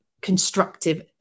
constructive